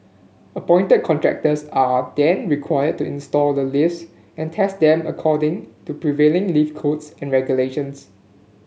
appointed contractors are then required to install the lifts and test them according to prevailing lift codes and regulations